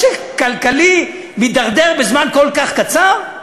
משק כלכלי מידרדר בזמן כל קצר?